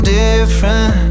different